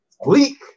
Bleak